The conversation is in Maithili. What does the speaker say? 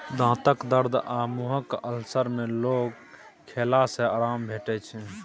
दाँतक दरद आ मुँहक अल्सर मे लौंग खेला सँ आराम भेटै छै